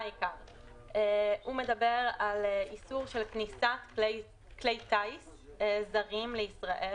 הוא מדבר על איסור של כניסת כלי טיס זרים לישראל.